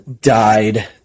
died